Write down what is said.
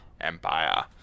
Empire